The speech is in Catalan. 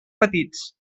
petits